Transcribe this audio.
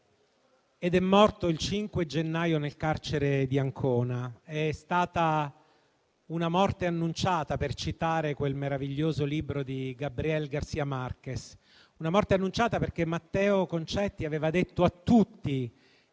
ed è morto il 5 gennaio nel carcere di Ancona. È stata una morte annunciata, per citare quel meraviglioso libro di Gabriel Garcia Marquez, perché Matteo Concetti aveva detto a tutti che